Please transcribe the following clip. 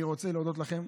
אני רוצה להודות לכם.